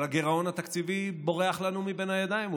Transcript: אבל הגירעון התקציבי בורח לנו מבין הידיים,